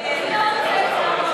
הצעת סיעות מרצ,